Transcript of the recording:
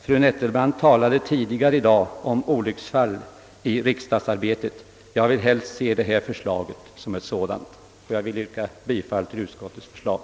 Fru Nettelbrandt talade tidigare i dag om olycksfall i riksdagsarbetet. Jag vill helst se detta förslag som ett sådant. Jag yrkar bifall till utskottets förslag.